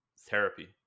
therapy